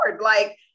like-